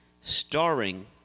starring